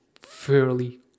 fairly